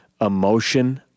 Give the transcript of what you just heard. emotion